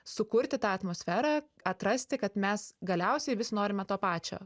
sukurti tą atmosferą atrasti kad mes galiausiai visi norime to pačio